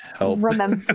Remember